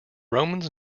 romans